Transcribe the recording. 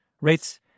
Rates